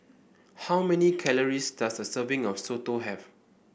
how many calories does a serving of soto have